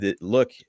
look